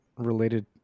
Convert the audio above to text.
related